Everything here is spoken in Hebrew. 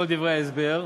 את כל דברי ההסבר,